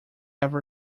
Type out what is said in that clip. ever